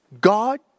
God